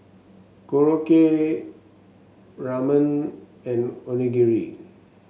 Korokke Ramen and Onigiri